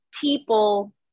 people